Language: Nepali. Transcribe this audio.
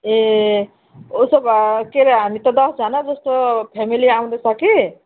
ए उसो ग के अरे हामी त दसजना जस्तो फ्यामिली आउँदैछ कि